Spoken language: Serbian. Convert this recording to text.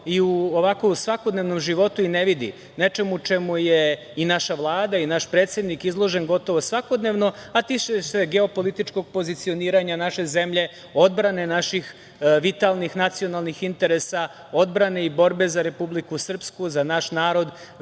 i ovako u svakodnevnom životu i ne vidi, nečemu čemu je i naša Vlada i naš predsednik izložen gotovo svakodnevno, a tiče se geopolitičkog pozicioniranja naše zemlje, odbrane naših vitalnih nacionalnih interesa, odbrane i borbe za Republiku Srpsku, za naš narod,